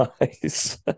Nice